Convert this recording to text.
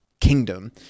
kingdom